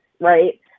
right